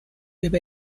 über